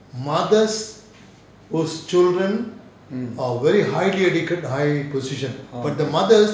mm orh